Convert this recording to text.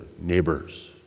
neighbors